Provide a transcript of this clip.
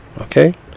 okay